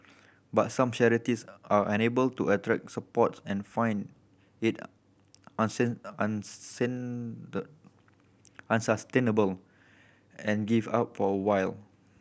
but some charities are unable to attract support and find it unsustainable and give up for a while